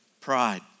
pride